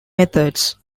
methods